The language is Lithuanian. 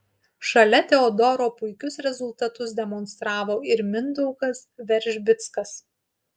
šalia teodoro puikius rezultatus demonstravo ir mindaugas veržbickas